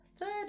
third